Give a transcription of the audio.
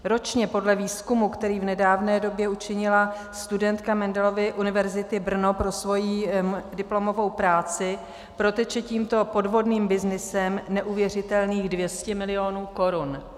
Ročně podle výzkumu, který v nedávné době učinila studentka Mendelovy univerzity Brno pro svoji diplomovou práci, proteče tímto podvodným byznysem neuvěřitelných 200 mil. korun.